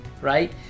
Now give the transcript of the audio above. right